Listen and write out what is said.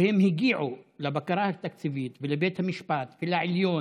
והם הגיעו לבקרה התקציבית ולבית המשפט ולעליון,